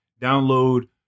download